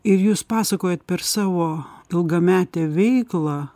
ir jūs pasakojat per savo ilgametę veiklą